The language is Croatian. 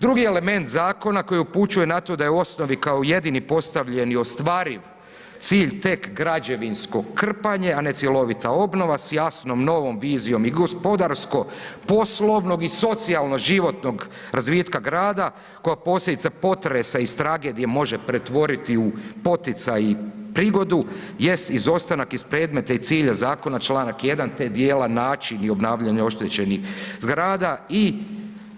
Drugi element zakona koji upućuje na to da je u osnovi kao jedini postavljeni ostvariv cilj tek građevinsko krpanje, a ne cjelovita obnova s jasnom novom vizijom i gospodarsko-poslovnog i socijalnog životnog razvitka grada koja posljedica potresa iz tragedije može pretvoriti u poticaj i prigodu, jest izostanak iz predmeta i cilja zakona čl. 1. te dijela, način i obnavljanje oštećenih zgrada i